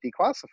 declassified